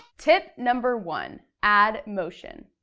tip number one. add motion.